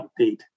update